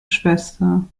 schwester